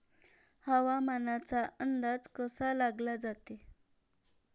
हवामानाचा अंदाज कसा लावला जाते?